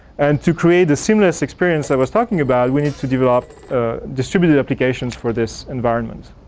and to create the seamless experience i was talking about we need to develop distributed application for this environment.